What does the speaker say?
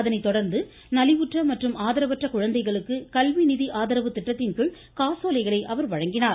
அதனை தொடர்ந்து நலிவுற்ற மற்றும் ஆதரவற்ற குழந்தைகளுக்கு கல்வி நிதி ஆதரவு திட்டத்தின் கீழ் காசோலைகளை அவர் வழங்கினார்